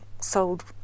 sold